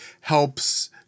helps